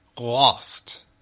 Lost